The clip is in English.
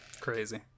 Crazy